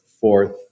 fourth